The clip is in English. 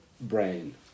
brain